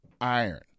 iron